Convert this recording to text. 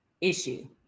issue